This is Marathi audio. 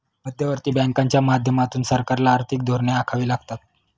मध्यवर्ती बँकांच्या माध्यमातून सरकारला आर्थिक धोरणे आखावी लागतात